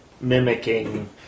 mimicking